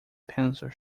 pencil